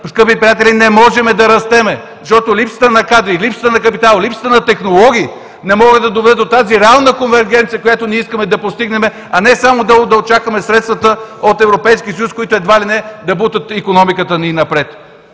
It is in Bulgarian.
скъпи приятели, не можем да растем. Защото липсата на кадри, липсата на капитал, липсата на технологии не могат да доведат до тази реална конвергенция, която ние искаме да постигнем, а не само да очакваме средствата от Европейския съюз, които едва ли не да бутат икономиката ни напред.